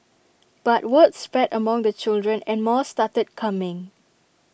but word spread among the children and more started coming